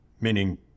meaning